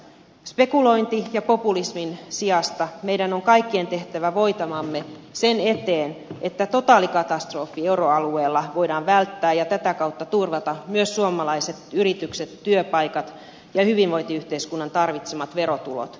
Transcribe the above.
spekuloinnin ja populismin sijasta meidän on kaikkien tehtävä voitavamme sen eteen että voidaan välttää totaalikatastrofi euroalueella ja tätä kautta turvata myös suomalaiset yritykset työpaikat ja hyvinvointiyhteiskunnan tarvitsemat verotulot